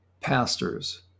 Pastors